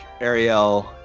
ariel